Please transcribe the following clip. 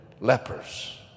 lepers